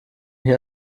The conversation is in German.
hier